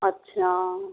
अच्छा